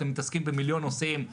אתם מתעסקים במיליון נושאים.